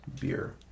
beer